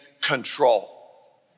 control